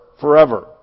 forever